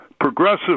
progressive